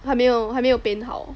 还没有还没有 paint 好